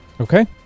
Okay